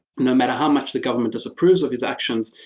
no matter how much the government disapproves of his actions.